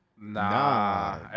Nah